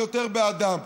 אני יותר בעדם.